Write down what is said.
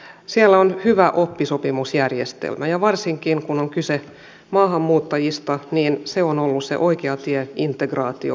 siellä on hyvä oppisopimusjärjestelmä ja varsinkin kun on kyse maahanmuuttajista se on ollut se oikea tie integraatioon